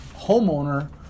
homeowner